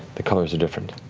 the colors are different.